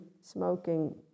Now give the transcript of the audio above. smoking